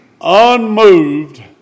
unmoved